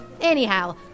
Anyhow